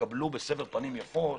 התקבלו בסבר פנים יפות.